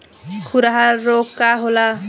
खुरहा रोग का होला?